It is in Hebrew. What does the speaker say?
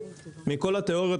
מכל התיאוריות,